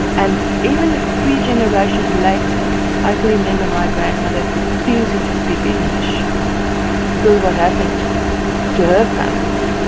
and even three generations later, i can remember and my grandmother refusing to speak english because what happened to her family.